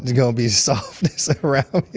gonna be softness like around me.